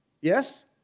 Yes